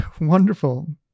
Wonderful